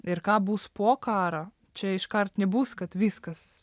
ir ką bus po karą čia iškart nebus kad viskas